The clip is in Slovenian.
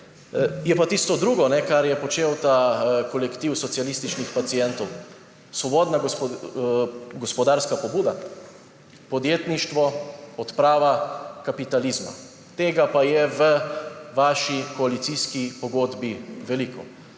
Je pa tisto drugo, kar je počel ta kolektiv socialističnih pacientov, svobodna gospodarska pobuda, podjetništvo, odprava kapitalizma – tega pa je v vaši koalicijski pogodbi veliko.